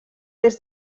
des